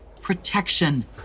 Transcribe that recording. Protection